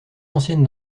ancienne